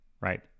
right